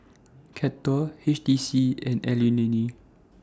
Kettle H T C and Anlene